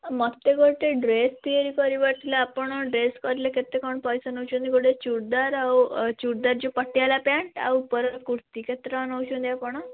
ମୋତେ ଗୋଟେ ଡ୍ରେସ୍ ତିଆରି କରିବାର ଥିଲା ଆପଣ ଡ୍ରେସ୍ କଲେ କେତେ କ'ଣ ପଇସା ନେଉଛନ୍ତି ଗୋଟେ ଚୁଡ଼ିଦାର ଆଉ ଚୁଡ଼ିଦାର ଯେଉଁ ପଟିଆଲା ପ୍ୟାଣ୍ଟ ଆଉ ଉପର କୁର୍ତ୍ତି କେତେ ଟଙ୍କା ନେଉଛନ୍ତି ଆପଣ